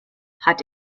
hat